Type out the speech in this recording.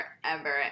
forever